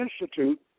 institute